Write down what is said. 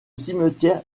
cimetière